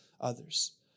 others